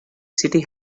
city